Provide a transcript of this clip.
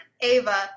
Ava